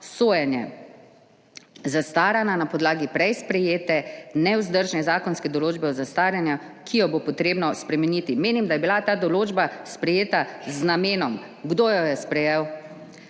sojenje. Zastarana na podlagi prej sprejete nevzdržne zakonske določbe o zastaranju, ki jo bo potrebno spremeniti. Menim, da je bila ta določba sprejeta z namenom - kdo jo je sprejel.